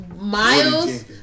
Miles